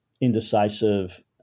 indecisive